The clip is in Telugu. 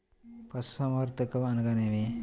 పశుసంవర్ధకం అనగానేమి?